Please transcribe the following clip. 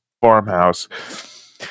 farmhouse